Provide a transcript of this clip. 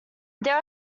there